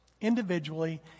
individually